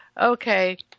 okay